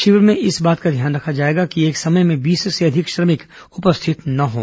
शिविर में इस बात का ध्यान रखा जाएगा कि एक समय में बीस से अधिक श्रमिक उपस्थित न हों